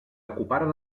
ocuparen